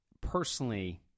Personally